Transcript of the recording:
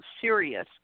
serious